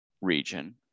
region